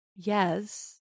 Yes